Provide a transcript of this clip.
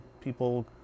people